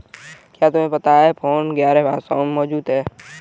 क्या तुम्हें पता है फोन पे ग्यारह भाषाओं में मौजूद है?